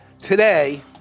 today